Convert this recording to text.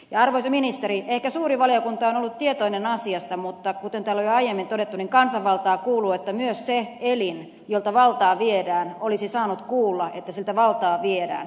arvoisa ministeri ehkä suuri valiokunta on ollut tietoinen asiasta mutta kuten täällä on jo aiemmin todettu kansanvaltaan kuuluu että myös se elin jolta valtaa viedään olisi saanut kuulla että siltä valtaa viedään